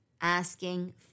asking